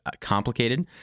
Complicated